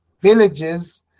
villages